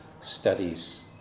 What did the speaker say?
studies